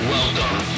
Welcome